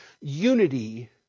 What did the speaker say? unity